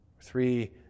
Three